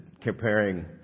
comparing